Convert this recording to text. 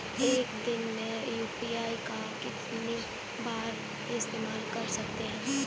एक दिन में यू.पी.आई का कितनी बार इस्तेमाल कर सकते हैं?